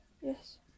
Yes